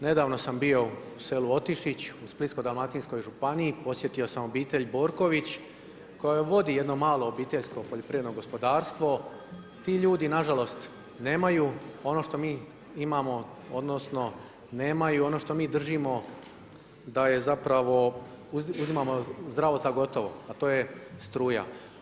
Nedavno sam bio u selu Otišić u Splitskoj dalmatinskoj županiji, posjetio sam obitelj Borković, koje vodi jedno malo obiteljsko poljoprivredno gospodarstvo, ti ljudi, nažalost nemaju ono što mi imamo, odnosno, nemaju ono što mi držimo, da zapravo uzimamo zdravo za gotovo, a to je struja.